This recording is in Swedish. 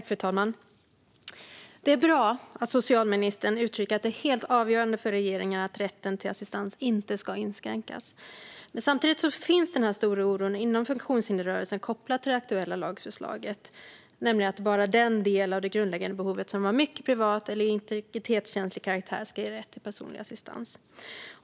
Fru talman! Det är bra att socialministern uttrycker att det är helt avgörande för regeringen att rätten till assistans inte ska inskränkas. Samtidigt finns det alltså en stor oro inom funktionshindersrörelsen kopplat till det aktuella lagförslaget, nämligen över att bara den del av det grundläggande behovet som är av mycket privat eller integritetskänslig karaktär ska ge rätt till personlig assistans.